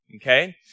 Okay